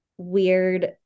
weird